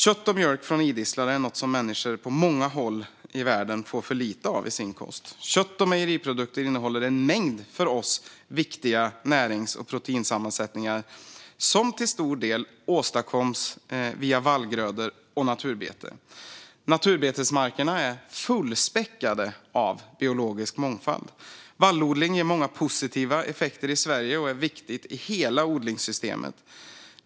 Kött och mjölk från idisslare är något som människor på många håll i världen får för lite av i sin kost. Kött och mejeriprodukter innehåller en mängd för oss viktiga närings och proteinsammansättningar som till stor del åstadkoms genom vallgrödor och naturbete. Naturbetesmarkerna är fullspäckade av biologisk mångfald. Vallodling ger många positiva effekter i Sverige och är viktigt i hela odlingssystemet.